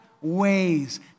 ways